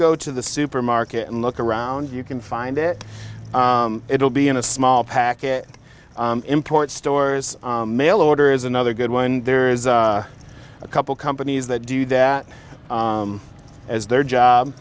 go to the supermarket and look around you can find it it will be in a small packet import stores mail order is another good one there is a couple companies that do that as their job